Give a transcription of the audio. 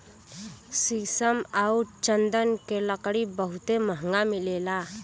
शीशम आउर चन्दन के लकड़ी बहुते महंगा मिलेला